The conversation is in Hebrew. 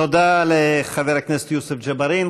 תודה לחבר הכנסת יוסף ג'בארין.